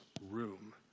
room